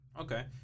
okay